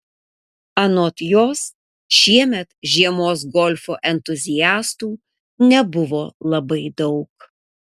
anot jos šiemet žiemos golfo entuziastų nebuvo labai daug